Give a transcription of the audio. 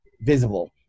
visible